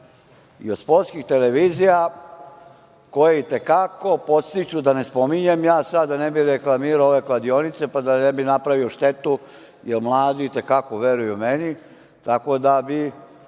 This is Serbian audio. i od sportskih televizija koje i te kako podstiču, da ne spominjem ja sada, da ne bih reklamirao ove kladionice, pa da ne bih napravio štetu, jer mladi i te kako veruju meni,